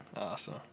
Awesome